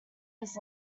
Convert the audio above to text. his